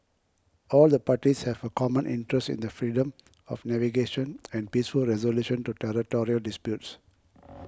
all the parties have a common interest in the freedom of navigation and peaceful resolution to territorial disputes